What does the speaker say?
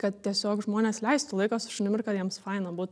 kad tiesiog žmonės leistų laiką su šunim ir kad jiems faina būtų